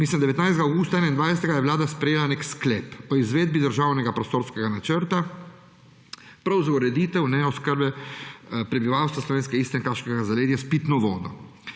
da je 19. avgusta 2021 Vlada sprejela nek sklep o izvedbi državnega prostorskega načrta prav za ureditev oskrbe prebivalstva slovenske Istre in kraškega zaledja s pitno vodo.